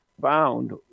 found